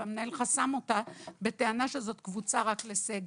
והמנהל חסם אותה בטענה שזאת קבוצה רק לסגל,